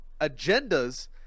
agendas